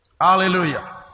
Hallelujah